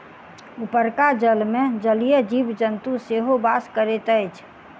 उपरका जलमे जलीय जीव जन्तु सेहो बास करैत अछि